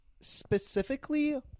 specifically